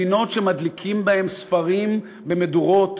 מדינות שמדליקים בהן ספרים במדורות,